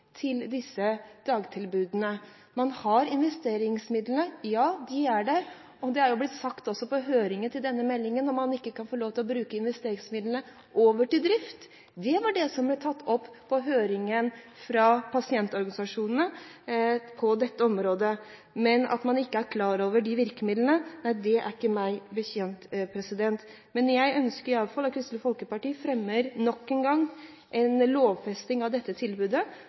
til disse dagtilbudene. Man har investeringsmidlene – ja, de er der. Under høringen til denne meldingen ble det spurt om man ikke kunne få lov til å føre investeringsmidlene over til drift. Det var det pasientorganisasjonene tok opp under høringen når det gjelder dette området. Men at man ikke er klar over de virkemidlene man har, det er ikke meg bekjent. Kristelig Folkeparti og jeg ønsker nok en gang å fremme et forslag om lovfesting av dette tilbudet